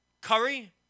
Curry